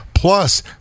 Plus